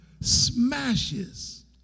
smashes